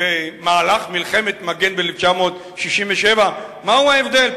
במהלך מלחמת מגן ב-1967 מהו ההבדל?